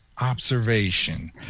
observation